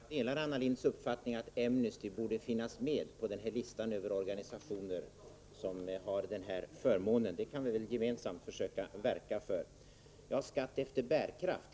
Fru talman! Jag delar Anna Lindhs uppfattning att Amnesty borde finnas med på listan över organisationer som har denna förmån. Vi kan väl gemensamt försöka verka för att Amnesty kommer med på denna lista. Människor skall betala skatt efter bärkraft, säger Anna Lindh.